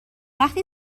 وقتی